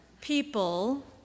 People